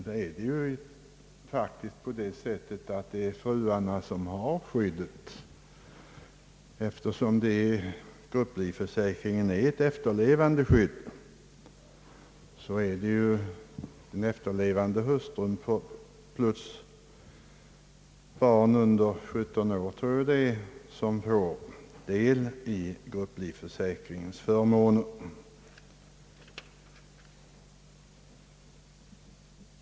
Det är ju faktiskt så, att fruarna har skydd eftersom grupplivförsäkringen ger ett efterlevandeskydd åt hustrun och barn under 17 år. De får del av grupplivförsäkringens förmåner.